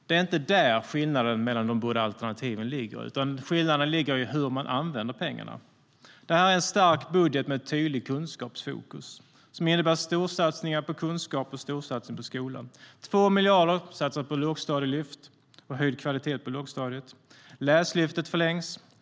Det är inte där skillnaden mellan de båda alternativen ligger, utan skillnaden ligger i hur man använder pengarna. Det här är en stark budget med ett tydligt kunskapsfokus som innebär storsatsningar på kunskap och en storsatsning på skolan. 2 miljarder satsas på lågstadielyft och höjd kvalitet på lågstadiet. Läslyftet förlängs.